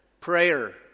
prayer